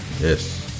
yes